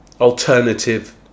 alternative